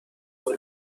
هوا